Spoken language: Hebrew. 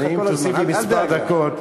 אם תוסיף לי כמה דקות,